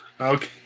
Okay